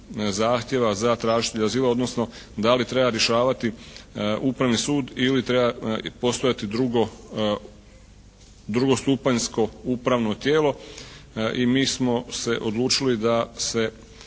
zahtjeva za tražitelja azila, odnosno da li treba rješavati upravni sud ili treba postojati drugostupanjsko upravno tijelo i mi smo se odlučili da se